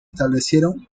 establecieron